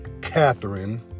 Catherine